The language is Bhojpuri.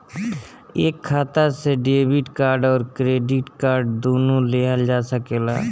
एक खाता से डेबिट कार्ड और क्रेडिट कार्ड दुनु लेहल जा सकेला?